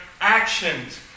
actions